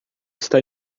está